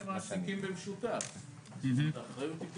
--- מעסיקים במשותף, האחריות היא עליכם.